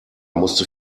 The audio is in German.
musste